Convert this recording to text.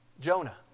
Jonah